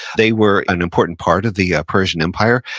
they were an important part of the ah persian empire.